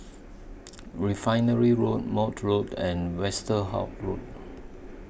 Refinery Road Maude Road and Westerhout Road